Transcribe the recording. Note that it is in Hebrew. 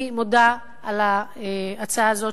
אני מודה על ההצעה הזאת,